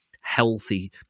healthy